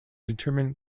determine